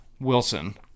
Wilson